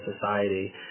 society